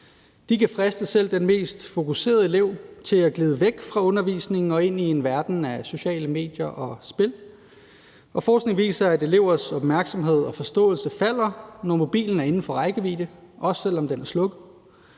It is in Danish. De kan friste selv den mest fokuserede elev til at glide væk fra undervisningen og ind i en verden af sociale medier og spil, og forskning viser, at elevers opmærksomhed og forståelse falder, når mobilen er inden for rækkevidde, også selv om den er slukket.